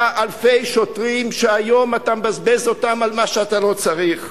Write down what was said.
אלפי שוטרים שהיום אתה מבזבז אותם על מה שאתה לא צריך.